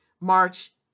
March